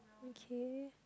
okay